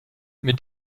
mit